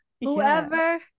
whoever